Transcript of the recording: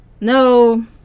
no